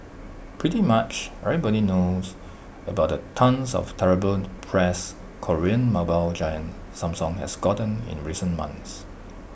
pretty much everyone knows about the tonnes of terrible press Korean mobile giant Samsung has gotten in recent months